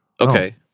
Okay